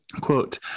Quote